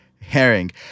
herring